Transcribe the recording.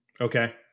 Okay